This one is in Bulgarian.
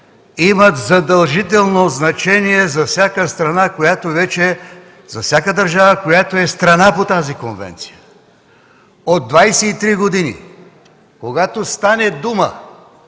имат задължително значение за всяка държава, която е страна по тях. От 23 години, когато стане дума,